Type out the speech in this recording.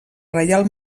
reial